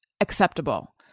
acceptable